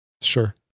Sure